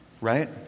right